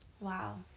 Wow